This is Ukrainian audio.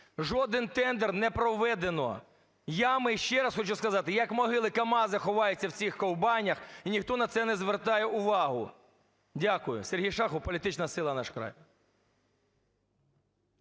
Жоден тендер не проведено, ями, ще раз хочу сказати, як могили, камази ховаються в цих ковбанях, і ніхто на це не звертає увагу. Дякую. Сергій Шахов політична сила "Наш край".